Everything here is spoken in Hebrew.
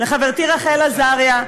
לחברתי רחל עזריה.